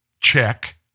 Check